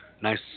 Nice